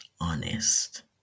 honest